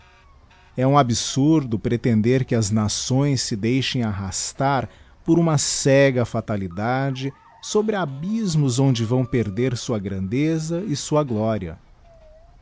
e um absurdo pretender que as nações se deixem arrastar por uma cega fatalidade sobre abysmos onde vão perder sua grandeza e sua gloria